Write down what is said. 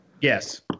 Yes